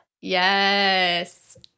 Yes